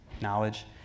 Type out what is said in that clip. knowledge